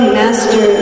master